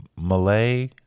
Malay